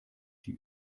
die